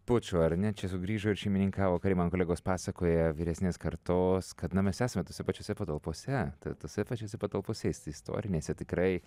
pučo ar ne čia sugrįžo ir šeimininkavo kariai man kolegos pasakoja vyresnės kartos kad na mes esame tose pačiose patalpose ta tose pačiose patalpose is istorinėse tikrai